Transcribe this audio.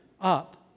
up